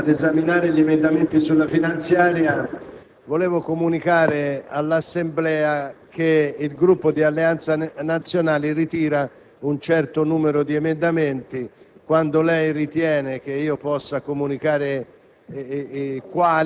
Presidente, prima di iniziare l'esame degli articoli del disegno di legge finanziaria, vorrei comunicare all'Assemblea che il Gruppo di Alleanza Nazionale ritira un certo numero di emendamenti.